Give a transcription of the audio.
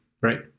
right